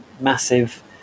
massive